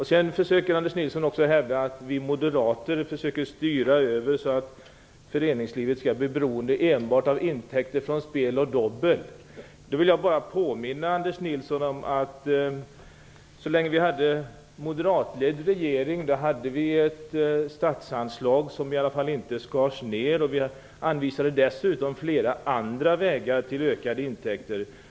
Sedan försöker Anders Nilsson hävda att vi moderater vill styra över så att föreningslivet skall bli beroende enbart av intäkter från spel och dobbel. Då vill jag bara påminna Anders Nilsson om att så länge som det var en moderatledd regering hade vi ett statsanslag som i alla fall inte skars ner. Dessutom anvisade vi flera andra vägar till ökade intäkter.